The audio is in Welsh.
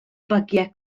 bagiau